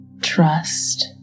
trust